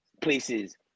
places